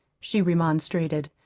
she remonstrated.